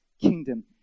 kingdom